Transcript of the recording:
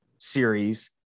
series